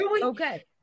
okay